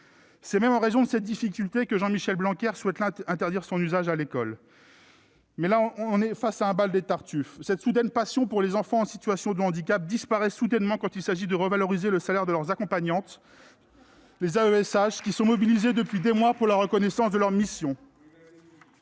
C'est même en raison de cette difficulté que Jean-Michel Blanquer souhaite interdire son usage à l'école. C'est le bal des tartuffes ! Cette soudaine passion pour les enfants en situation de handicap disparaît soudainement quand il s'agit de revaloriser le salaire des accompagnants des élèves en situation de handicap, les AESH, qui sont mobilisés depuis des mois pour la reconnaissance de leurs missions.